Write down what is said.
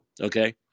Okay